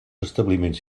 establiments